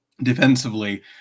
defensively